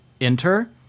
Enter